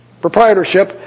Proprietorship